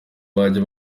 bajya